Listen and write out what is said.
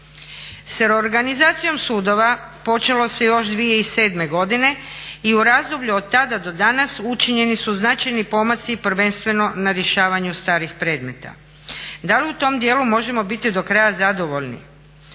S reorganizacijom sudova počelo se još 2007. godine i u razdoblju od tada do danas učinjeni su značajni pomaci, prvenstveno na rješavanju starih predmeta. Da li u tom dijelu možemo biti do kraja zadovoljni?